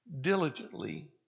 diligently